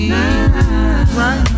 right